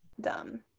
dumb